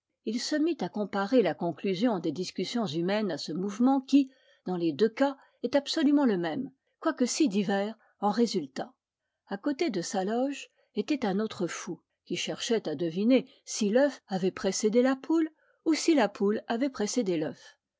il se mit à comparer la conclusion des discussions humaines à ce mouvement qui dans les deux cas est absolument le même quoique si divers en résultats a côté de sa loge était un autre fou qui cherchait à deviner si l'œuf avait précédé la poule ou si la poule avait précédé l'œuf